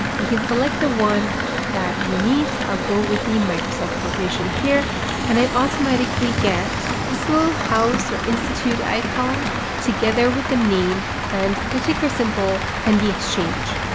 you can select the one that you need. so i'll go with the microsoft corporation here and i automatically get this little house or institute icon together with the name and the ticker symbol and the exchange.